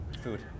food